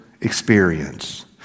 experience